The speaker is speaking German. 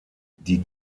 die